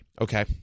Okay